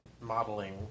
modeling